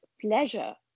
pleasure